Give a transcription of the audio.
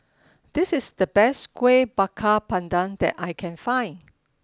this is the best Kueh Bakar Pandan that I can find